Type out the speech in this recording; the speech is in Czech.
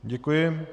Děkuji.